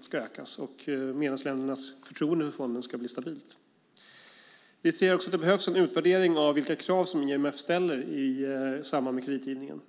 ska ökas och medlemsländernas förtroende för fonden ska bli stabilt. Vi anser också att det behövs en utvärdering av vilka krav IMF ställer i samband med kreditgivningen.